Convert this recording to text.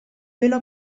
pelo